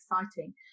exciting